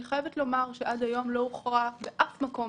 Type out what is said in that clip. אני חייבת לומר שעד היום לא הוכרע באף מקום